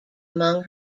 among